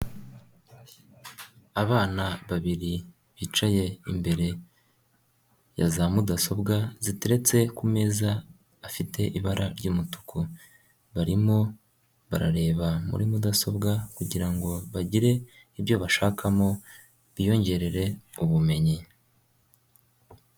Abana babiri bicaye imbere ya za mudasobwa, ziteretse ku meza afite ibara ry'umutuku, barimo barareba muri mudasobwa kugira ngo bagire ibyo bashakamo biyongererere ubumenyi.